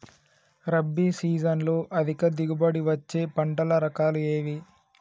రబీ సీజన్లో అధిక దిగుబడి వచ్చే పంటల రకాలు ఏవి?